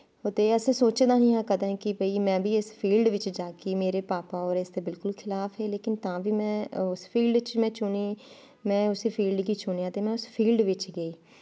ते असें सोचे दा नेंई ही कि में बी इस फील्ड बिच्च जाह्गी मेरे भापा होर इसदे बिल्कुल खलाफ हे बट उस फिल्ड च में चुनी में उस फील्ड गी चुनेंआ ते में उस फिल्ड बिच्च गेई